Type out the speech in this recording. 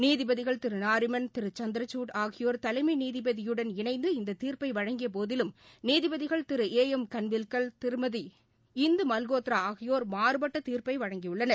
நீதிபதிகள் திரு நாரிமண் திரு சந்திரகுட் ஆகியோர் தலைமை நீதிபதியுடன் இணைந்து இந்த தீர்ப்பை வழங்கியபோதிலும் நீதிபதிகள் திரு ஏ எம் கன்வில்கர் திருமதி இந்து மல்கோத்ரா ஆகியோர் மாறபட்ட தீர்ப்பை வழங்கியுள்ளனர்